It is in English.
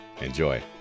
Enjoy